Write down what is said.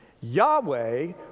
Yahweh